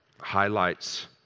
highlights